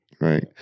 right